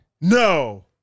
No